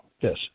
Yes